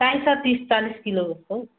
चाहिन्छ तिस चालिस किलो हो